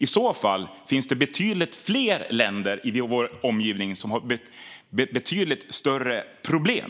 Det finns flera länder i vår omgivning som har betydligt större problem.